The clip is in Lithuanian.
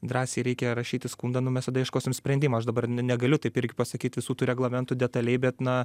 drąsiai reikia rašyti skundą nu mes tada ieškosim sprendimo aš dabar negaliu taip irgi pasakyt visų tų reglamentų detaliai bet na